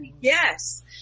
Yes